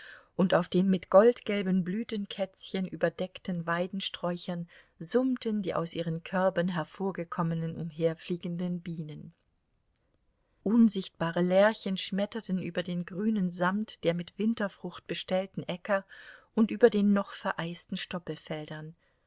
und auf den mit goldgelben blütenkätzchen überdeckten weidensträuchern summten die aus ihren körben hervorgekommenen umherfliegenden bienen unsichtbare lerchen schmetterten über dem grünen samt der mit winterfrucht bestellten äcker und über den noch vereisten stoppelfeldern